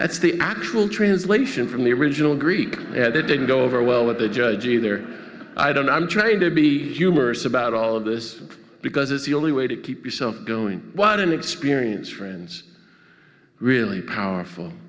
that's the actual translation from the original greek and it didn't go over well with the judge either i don't i'm trying to be humorous about all of this because it's the only way to keep yourself going what an experience friends really powerful